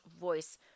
voice